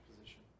position